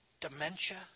dementia